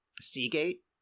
seagate